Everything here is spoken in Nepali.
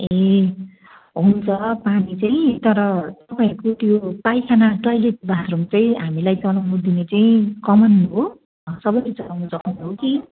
ए हुन्छ पानी चाहिँ तर तपाईँहरूको त्यो पाइखाना टोयलेट बाथ रुम चाहिँ हामीलाई चलाउन दिने चाहिँ कमन हो सबैले चलाउने हो कि